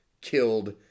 killed